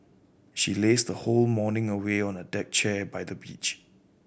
she lazed her whole morning away on a deck chair by the beach